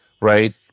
right